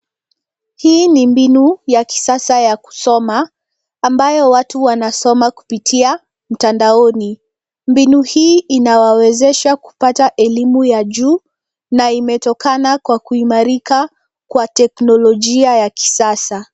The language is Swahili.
Hii ni mbinu ya kisasa ya kusoma ambayo watu wanasoma kupitia mtandaoni. Mbinu hii inawawezesha kupata elimu ya juu na inaonekana kuimarika kwa teknolojia ya kisasa.